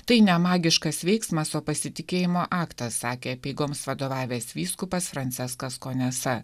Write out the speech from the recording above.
tai ne magiškas veiksmas o pasitikėjimo aktas sakė apeigoms vadovavęs vyskupas franciskas konesa